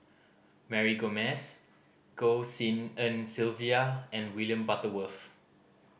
Mary Gomes Goh Tshin En Sylvia and William Butterworth